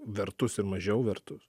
vertus ir mažiau vertus